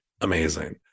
Amazing